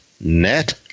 net